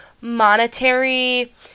monetary